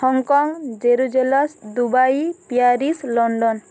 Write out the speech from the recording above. Hong Kong Jerusalem Dubai Paris London